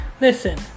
listen